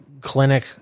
clinic